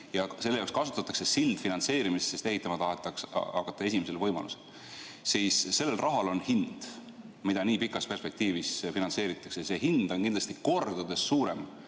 Ja selle jaoks kasutatakse sildfinantseerimist, sest ehitama tahetakse hakata esimesel võimalusel. Aga sellel rahal on hind, kui objekti nii pikas perspektiivis finantseeritakse, ja see hind on kindlasti kordades suurem